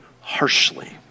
harshly